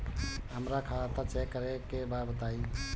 हमरा खाता चेक करे के बा बताई?